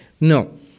No